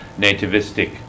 nativistic